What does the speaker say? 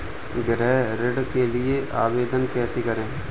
गृह ऋण के लिए आवेदन कैसे करें?